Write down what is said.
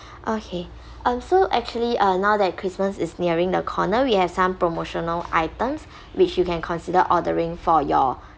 okay um so actually uh now that christmas is nearing the corner we have some promotional items which you can consider ordering for your